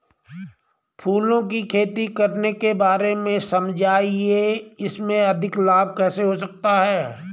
फूलों की खेती करने के बारे में समझाइये इसमें अधिक लाभ कैसे हो सकता है?